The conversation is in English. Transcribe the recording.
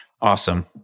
Awesome